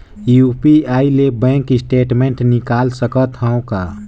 UPI ले bank statement निकाल सकत हवं का?